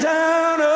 down